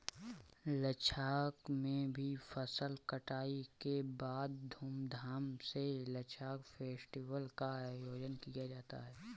लद्दाख में भी फसल कटाई के बाद धूमधाम से लद्दाख फेस्टिवल का आयोजन किया जाता है